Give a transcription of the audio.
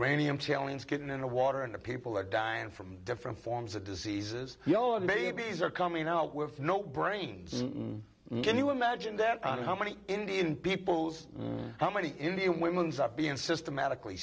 granny i'm telling is getting in the water and people are dying from different forms of diseases and all babies are coming out with no brains can you imagine that on how many indian peoples how many indian women's up being systematically